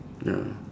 ya